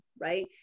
right